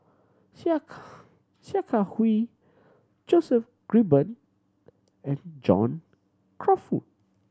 Sia Kah Sia Kah Hui Joseph Grimberg and John Crawfurd